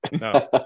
No